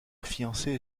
fiancée